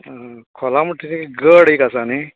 आं खोला म्हणटगीर गड एक आसा न्ही